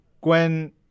Gwen